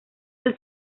del